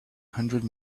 hundred